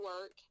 work